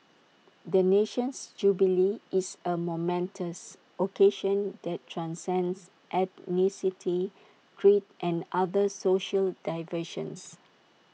the nation's jubilee is A momentous occasion that transcends ethnicity creed and other social divisions